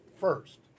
first